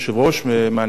מעניין לציין,